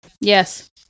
Yes